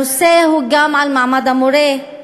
הנושא הוא גם מעמד המורה,